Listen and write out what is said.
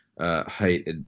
height